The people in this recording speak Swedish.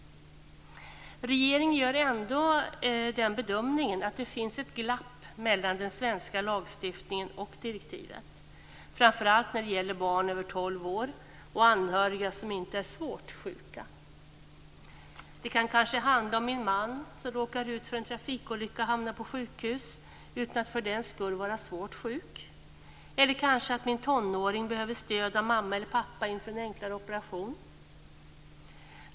Regeringen gör ändå den bedömningen att det finns ett glapp mellan den svenska lagstiftningen och direktivet framför allt när det gäller barn över 12 år och anhöriga som inte är svårt sjuka. Det kan kanske handla om att min man råkar ut för en trafikolycka och hamnar på sjukhus utan att för den skull vara svårt sjuk eller kanske att min tonåring behöver stöd av mamma eller pappa inför en enklare operation.